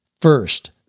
first